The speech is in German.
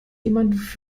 jemand